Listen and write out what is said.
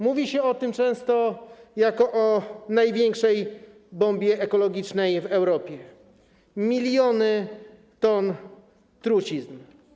Mówi się o tym często jako o największej bombie ekologicznej w Europie, miliony ton trucizn.